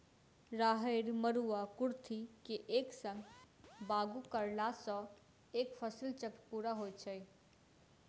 राहैड़, मरूआ, कुर्थी के एक संग बागु करलासॅ एक फसिल चक्र पूरा होइत छै